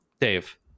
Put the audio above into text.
dave